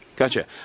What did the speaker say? Gotcha